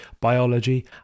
biology